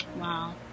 Wow